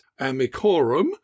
amicorum